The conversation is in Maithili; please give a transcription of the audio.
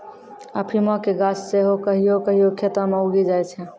अफीमो के गाछ सेहो कहियो कहियो खेतो मे उगी जाय छै